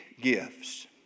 gifts